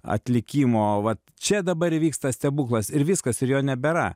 atlikimo vat čia dabar įvyksta stebuklas ir viskas ir jo nebėra